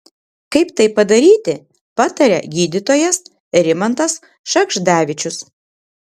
kaip tai padaryti pataria gydytojas rimantas šagždavičius